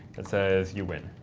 that says you win.